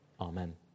Amen